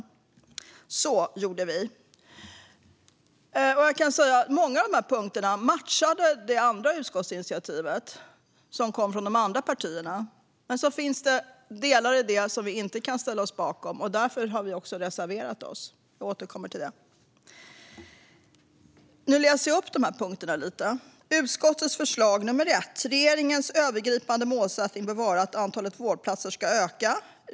Så gjorde vi. Många av de här punkterna matchade det andra förslaget till utskottsinitiativ, som kom från de andra partierna. Dock fanns det delar i det som vi inte kunde ställa oss bakom, och därför har vi också reserverat oss. Jag återkommer till det. Nu läser jag upp lite ur de här punkterna. Utskottets förslag punkt 1: "Regeringens övergripande målsättning bör vara att antalet vårdplatser ska öka.